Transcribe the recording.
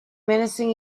menacing